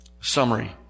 summary